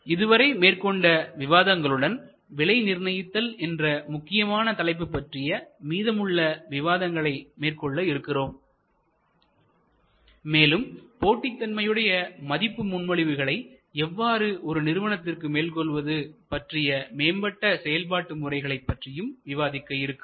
இதுவரை மேற்கொண்ட விவாதங்களுடன் விலை நிர்ணயித்தல் என்ற முக்கியமான தலைப்பு பற்றிய மீதமுள்ள விவாதங்களை மேற்கொள்ள இருக்கிறோம் மேலும் போட்டிதன்மையுடைய மதிப்பு முன்மொழிவுகளை எவ்வாறு ஒரு நிறுவனத்திற்கு மேற்கொள்வது பற்றிய மேம்பட்ட செயல்பாட்டு முறைகளை பற்றியும் விவாதிக்க இருக்கிறோம்